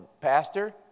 pastor